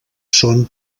són